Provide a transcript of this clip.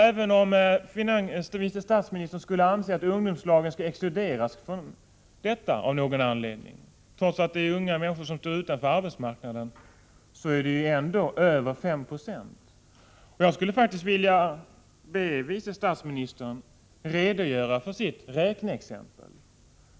Även om vice statsministern anser att de ungdomar som befinner sig i ungdomslag skall exkluderas från detta antal, trots att det är fråga om unga människor som står utanför arbetsmarknaden, utgör detta antal ändå över 5 90. Jag skulle faktiskt vilja be vice statsministern att redogöra för sitt räkneexempel.